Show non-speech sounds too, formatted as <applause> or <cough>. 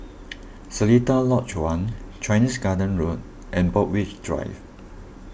<noise> Seletar Lodge one Chinese Garden Road and Borthwick Drive